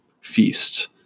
feast